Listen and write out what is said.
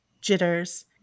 Jitters